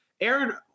Aaron